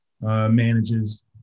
manages